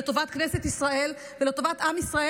לטובת כנסת ישראל ולטובת עם ישראל,